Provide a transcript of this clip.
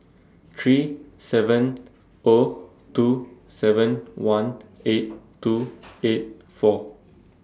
three seven O two seven one eight two eight four